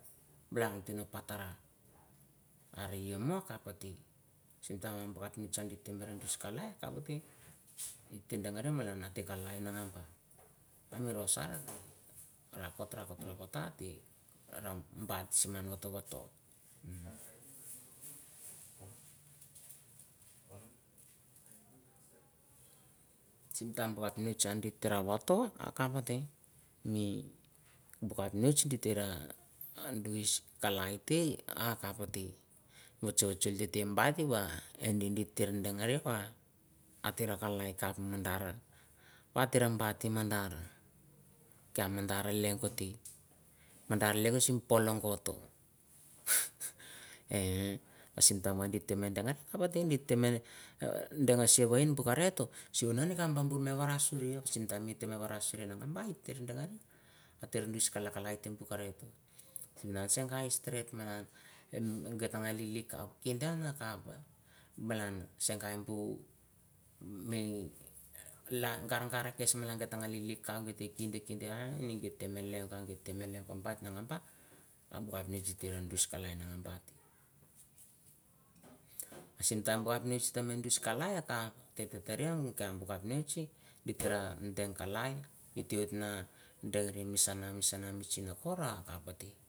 Gla tina patara a re a mo kapati sim taim poka chang gite vere tes kaio kapati tir ve ate kalai nem ba na ngei rou sar rakot rakot ate gitere raun gats ngan votovoto sim taim va voto akap ngote mi bu kepnits gite ra miskalai te akap voti vocho vocho mi gat eva andi diter deng re bat ater a kalai kap mandar va te ra bat i mandar kia kap mandar lieaung koti mandar liarung kolongot o eh sim taim va gite ra a vote dite me dera sivonin pukaret simunan a bu me va sara suri sim taim mite va suri sim taim mite va suri nge nga ba ate mis kala kala et pukaret sangai steret ma git ai lili kap kidan akap malan sangai pu mi garang gara first malan it gite ngan lili kinde kinde ra mi te lieaung gite lieaung kong bat asim taim va ngan bu simi kalai akap tite porio bu kepnits gite va bong kalai gite ota na doriu misana misana sih a kor kapate.